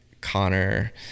connor